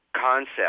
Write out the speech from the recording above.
concept